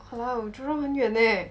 !huh! jurong 很远 eh